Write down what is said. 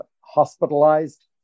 hospitalized